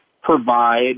provide